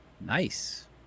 Nice